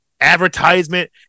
advertisement